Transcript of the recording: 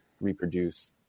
reproduce